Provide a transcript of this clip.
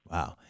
Wow